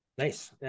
Nice